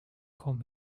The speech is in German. kaum